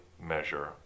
measure